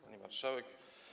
Pani Marszałek!